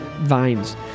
vines